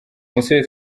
umusore